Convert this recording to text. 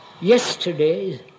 Yesterday –